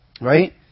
Right